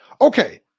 Okay